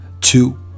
Two